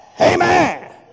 Amen